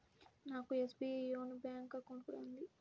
నాకు SBI YONO bank account కూడా ఉంది